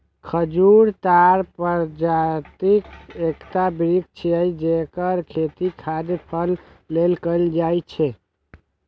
खजूर ताड़ प्रजातिक एकटा वृक्ष छियै, जेकर खेती खाद्य फल लेल कैल जाइ छै